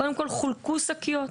קודם כל חולקו שקיות.